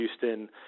Houston